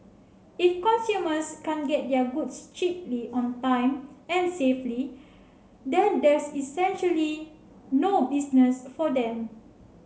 if consumers can't get their goods cheaply on time and safely then there's essentially no business for them